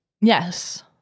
Yes